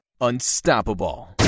unstoppable